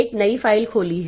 एक नई फ़ाइल खोली है